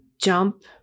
jump